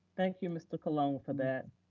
thank you, mr. colon, for that.